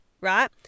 right